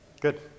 Good